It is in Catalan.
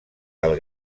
del